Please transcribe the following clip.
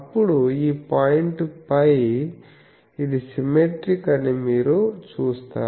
అప్పుడు ఈ పాయింట్ π ఇది సిమెట్రిక్ అని మీరు చూస్తారు